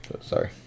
Sorry